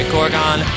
Gorgon